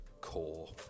core